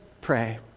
pray